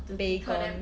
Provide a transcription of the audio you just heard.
Baygon